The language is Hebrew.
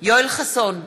יואל חסון,